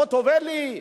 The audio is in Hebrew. חוטובלי,